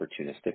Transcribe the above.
opportunistic